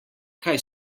kaj